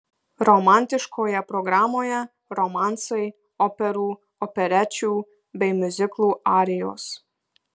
romantiškoje programoje romansai operų operečių bei miuziklų arijos